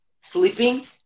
sleeping